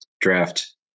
draft